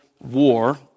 war